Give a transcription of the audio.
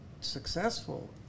successful